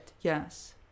yes